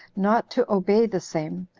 not to obey the same,